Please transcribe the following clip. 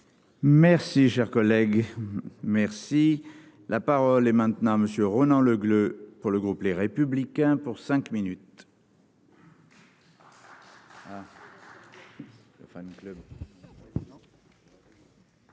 Merci, cher collègue, merci. La parole est maintenant à monsieur Ronan Le Gleut pour le groupe Les Républicains pour 5 minutes.